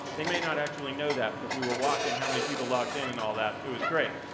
they may not actually know that, but we were watching how many people logged in and all that. it was great,